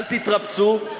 אל תתרפסו,